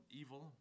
evil